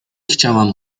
chciałam